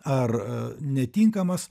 ar netinkamas